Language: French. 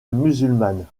musulmane